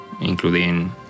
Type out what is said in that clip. including